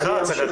החדשנות,